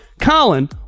Colin